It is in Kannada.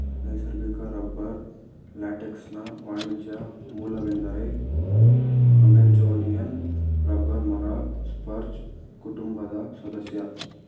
ನೈಸರ್ಗಿಕ ರಬ್ಬರ್ ಲ್ಯಾಟೆಕ್ಸ್ನ ವಾಣಿಜ್ಯ ಮೂಲವೆಂದರೆ ಅಮೆಜೋನಿಯನ್ ರಬ್ಬರ್ ಮರ ಸ್ಪರ್ಜ್ ಕುಟುಂಬದ ಸದಸ್ಯ